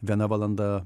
viena valanda